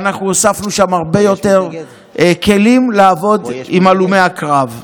הוספנו שם הרבה יותר כלים לעבוד עם הלומי הקרב.